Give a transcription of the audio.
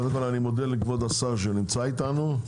אני מודה לכבוד השר שנמצא איתנו.